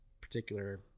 particular